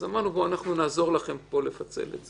אז אמרנו, אנחנו נעזור לכם פה לפצל את זה.